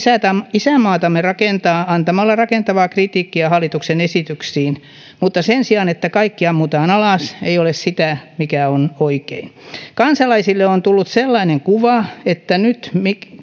isänmaatamme rakentaa antamalla rakentavaa kritiikkiä hallituksen esityksiin mutta sen sijaan se että kaikki ammutaan alas ei ole sitä mikä on oikein kansalaisille on tullut sellainen kuva että nyt